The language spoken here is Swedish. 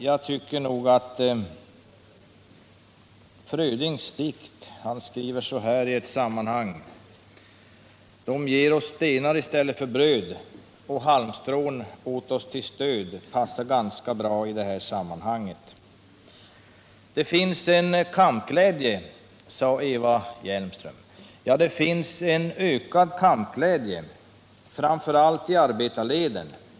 Jag tycker nog att Frödings versrad passar ganska bra i det här sammanhanget. Han skriver ungefär så här: De ger oss stenar i stället för bröd och halmstrån åt oss till stöd. Det finns en kampglädje, sade Eva Hjelmström. Ja, det finns en ökad kampglädje, framför allt i arbetarleden.